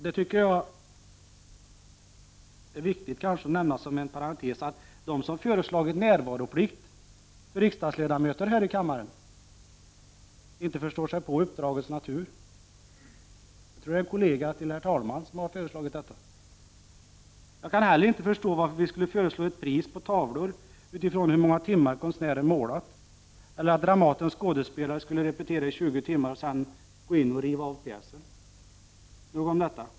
Jag tycker att det är viktigt att nämna, kanske som en parentes, att de som föreslagit närvaroplikt för riksdagsledamöter här i kammaren inte förstår uppdragets natur. Jag tror att det är en kollega till herr talmannen som föreslagit detta. Jag kan heller inte förstå varför vi skulle föreslå ett pris på tavlor utifrån hur många timmar konstnären målat eller att Dramatens skådespelare skulle repetera 20 timmar och sedan gå in och riva av pjäsen. Nog om detta.